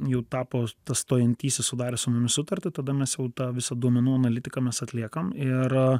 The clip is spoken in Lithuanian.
jau tapo stojantysis sudarė su mumis sutartį tada mes jau tą visą duomenų analitiką mes atliekam ir